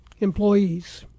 employees